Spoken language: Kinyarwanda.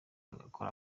agakora